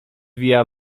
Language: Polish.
via